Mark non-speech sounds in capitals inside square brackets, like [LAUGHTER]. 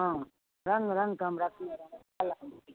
हँ रङ्ग रङ्गके हम रखने रहब [UNINTELLIGIBLE]